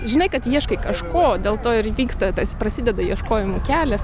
žinai kad ieškai kažko dėl to ir įvyksta tas prasideda ieškojimų kelias